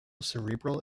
cerebral